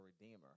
Redeemer